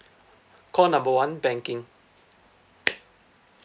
call number one banking